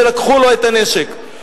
שלקחו לו את הנשק.